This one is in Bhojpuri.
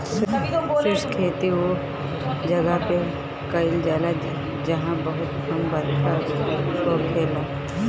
शुष्क खेती उ जगह पे कईल जाला जहां बहुते कम बरखा होखेला